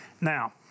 Now